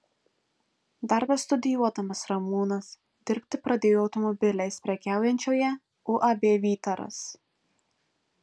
dar bestudijuodamas ramūnas dirbti pradėjo automobiliais prekiaujančioje uab vytaras